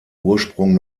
ursprung